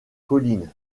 collines